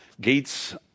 Gates